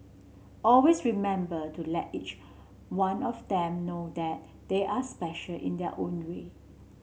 always remember to let each one of them know that they are special in their own way